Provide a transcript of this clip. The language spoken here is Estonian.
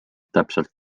täpselt